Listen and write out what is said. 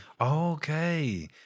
Okay